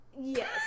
Yes